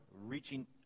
reaching